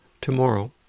tomorrow